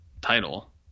title